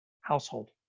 household